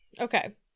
okay